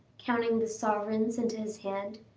counting the sovereigns into his hand.